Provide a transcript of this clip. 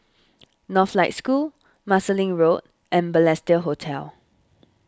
Northlight School Marsiling Road and Balestier Hotel